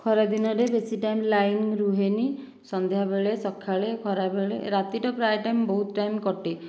ଖରାଦିନରେ ବେଶୀ time line ରୁହେନି ସନ୍ଧ୍ୟାବେଳେ ସକାଳେ ଖରାବେଳେ ରାତିଟା ପ୍ରାୟ ଟାଇମ୍ ବହୁତ ଟାଇମ୍ କଟେ